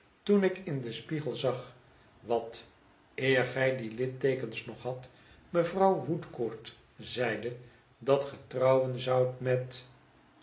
toen ik in den spiegel zag wat eer gij die litteekens nog hadt mevrouw woodcourt zeide dat ge trouwen zoudt met